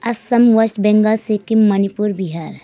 Assam West Bengal Sikkim Manipur Bihar